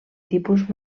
tipus